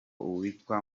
uwitwa